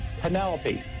Penelope